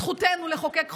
זכותנו לחוקק חוקים,